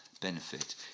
benefit